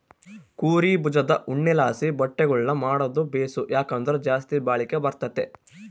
ಕುರೀ ಬುಜದ್ ಉಣ್ಣೆಲಾಸಿ ಬಟ್ಟೆಗುಳ್ನ ಮಾಡಾದು ಬೇಸು, ಯಾಕಂದ್ರ ಜಾಸ್ತಿ ಬಾಳಿಕೆ ಬರ್ತತೆ